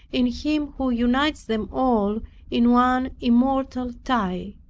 in him who unites them all in one immortal tie.